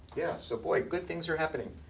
yeah. so, boy, good things are happening.